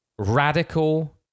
Radical